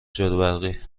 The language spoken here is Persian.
جاروبرقی